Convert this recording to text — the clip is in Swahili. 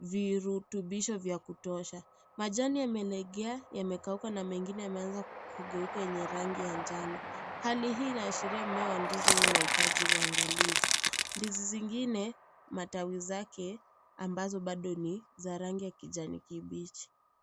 virutubisho vya kutosha ,majani yamelegea, yamekauka na mengine yameanza kugeuka yenye rangi ya njano. Hali hii inainaashiria mmea wa ndizi huu unahitaji uangalizi , ndizi zingine matawi zake ambazo bado ni za rangi ya kijani kibichi.